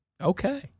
Okay